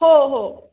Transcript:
हो हो